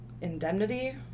indemnity